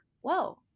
whoa